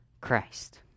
Christ